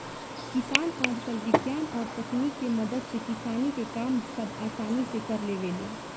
किसान आजकल विज्ञान और तकनीक के मदद से किसानी के काम सब असानी से कर लेवेले